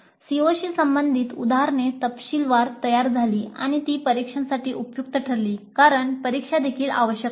COशी संबंधित उदाहरणे तपशीलवार तयार झाली आणि ती परीक्षांसाठी उपयुक्त ठरली कारण परीक्षा देखील आवश्यक आहेत